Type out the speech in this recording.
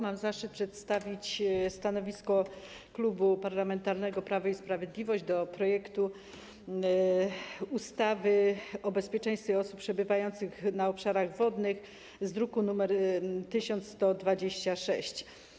Mam zaszczyt przedstawić stanowisko Klubu Parlamentarnego Prawo i Sprawiedliwość wobec projektu ustawy o zmianie ustawy o bezpieczeństwie osób przebywających na obszarach wodnych z druku nr 1126.